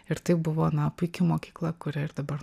ir taip buvo na puiki mokykla kuria ir dabar